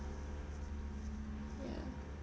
ya